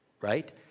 right